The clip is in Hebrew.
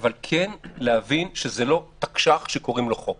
אבל להבין שזה לא תקש"ח שקוראים לו חוק